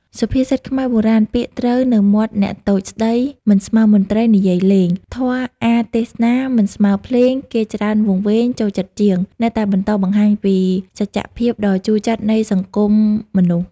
សុភាសិតខ្មែរបុរាណ "ពាក្យត្រូវនៅមាត់អ្នកតូចស្តី មិនស្មើមន្ត្រី និយាយលេង ធម៌អាថ៌ទេសនា មិនស្មើភ្លេង គេច្រើនវង្វេង ចូលចិត្តជាង"នៅតែបន្តបង្ហាញពីសច្ចភាពដ៏ជូរចត់នៃសង្គមមនុស្ស។